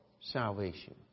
salvation